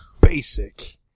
Basic